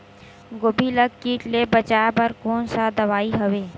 गोभी ल कीट ले बचाय बर कोन सा दवाई हवे?